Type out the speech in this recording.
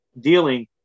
dealing